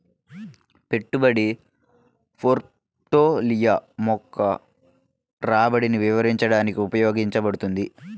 పెట్టుబడి పోర్ట్ఫోలియో యొక్క రాబడిని వివరించడానికి ఉపయోగించబడుతుంది